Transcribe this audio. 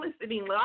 listening